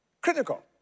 Critical